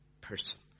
person